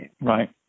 Right